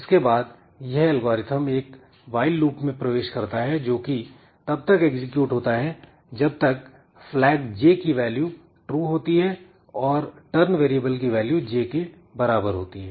इसके बाद यह एल्गोरिथम एक व्हाईल लूप में प्रवेश करता है जोकि तब तक एग्जीक्यूट होता है जब तक flagj की वैल्यू true होती है और टर्न वेरिएबल की वैल्यू j के बराबर होती है